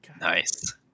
Nice